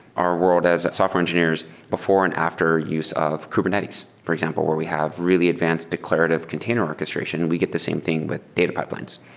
our world as software engineers before and after use of kubernetes, for example, where we have really advanced declarative container orchestration and we get the same thing with data pipelines.